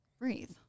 breathe